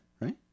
right